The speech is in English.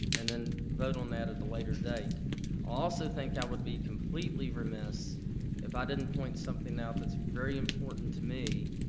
and then vote on that at the later date. i also think i would be completely remiss if i didn't point something out that's very important to me,